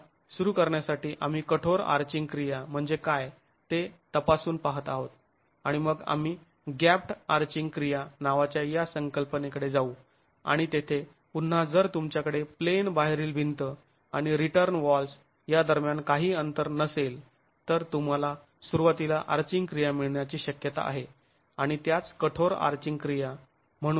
पुन्हा सुरु करण्यासाठी आम्ही कठोर आर्चिंग क्रिया म्हणजे काय ते तपासून पाहत आहोत आणि मग आम्ही गॅप्ड् आर्चिंग क्रिया नावाच्या या संकल्पनेकडे जाऊ आणि तेथे पुन्हा जर तुमच्याकडे प्लेन बाहेरील भिंत आणि रिटर्न वॉल्स् या दरम्यान काही अंतर नसेल तर तुम्हाला सुरुवातीला आर्चिंग क्रिया मिळण्याची शक्यता आहे आणि त्याच कठोर आर्चिंग क्रिया म्हणून संबोधले जाईल